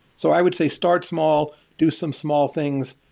so i would say start small, do some small things.